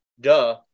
duh